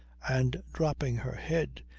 and, dropping her head,